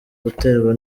guterwa